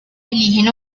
eligen